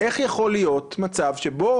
איך יכול להיות מצב שבו